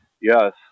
yes